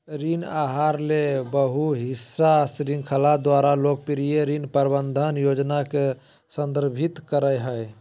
ऋण आहार ले बहु हिस्सा श्रृंखला द्वारा लोकप्रिय ऋण प्रबंधन योजना के संदर्भित करय हइ